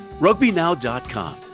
rugbynow.com